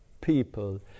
people